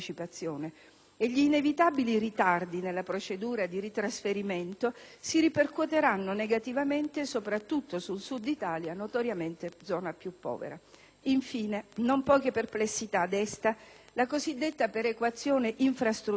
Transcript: e gli inevitabili ritardi nella procedura di ritrasferimento si ripercuoteranno negativamente soprattutto sul Sud Italia, notoriamente zona più povera. Infine, non poche perplessità desta la cosiddetta perequazione infrastrutturale,